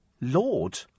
Lord